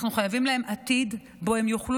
אנחנו חייבים להם עתיד שבו הם יוכלו